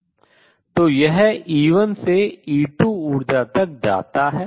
तो यह E1 से E2 ऊर्जा तक जाता है